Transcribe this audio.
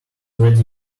ready